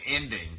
ending